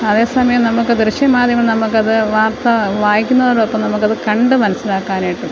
അതേ സമയം നമ്മള്ക്ക് ദൃശ്യ മാധ്യമങ്ങൾ നമ്മള്ക്കത് വാർത്ത വായിക്കുന്നതോടൊപ്പം നമുക്കത് കണ്ടു മനസ്സിലാക്കാനായിട്ടും